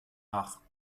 acht